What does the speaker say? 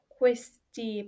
questi